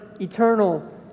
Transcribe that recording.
eternal